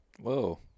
Whoa